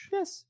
Yes